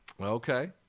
Okay